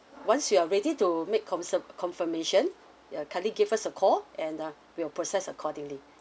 once you are ready to make confirm confirmation uh kindly give us a call and uh we'll process accordingly